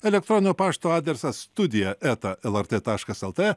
elektroninio pašto adresas studija eta lrt taškas lt